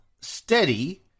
Steady